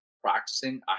practicing